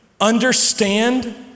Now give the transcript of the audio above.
understand